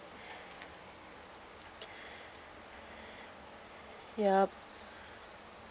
yup